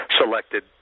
selected